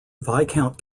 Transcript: viscount